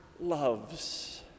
loves